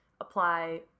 apply